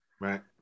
Right